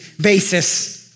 basis